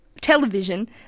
television